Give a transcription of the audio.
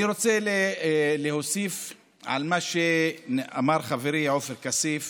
אני רוצה להוסיף על מה שאמר חברי עופר כסיף